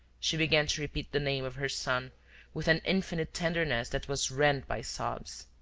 she began to repeat the name of her son with an infinite tenderness that was rent by sobs.